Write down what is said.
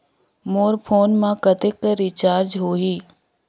मोर phone मा कतेक कर रिचार्ज हो ही?